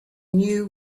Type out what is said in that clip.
knew